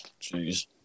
Jeez